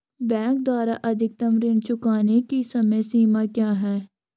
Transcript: Bank द्वारा अधिकतम ऋण चुकाने की समय सीमा क्या है?